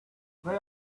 where